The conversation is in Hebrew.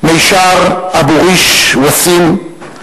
מישר וואסים אבו-ריש,